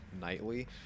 nightly